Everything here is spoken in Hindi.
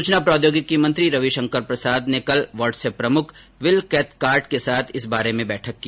सूचना प्रौद्योगिकी मंत्री रविशंकर प्रसाद ने कल व्हाट्स ऐप प्रमुख विल केथकार्ट के साथ इस बारे में बैठक की